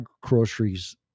groceries